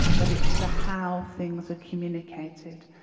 but it's the how things are communicated.